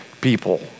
people